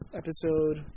episode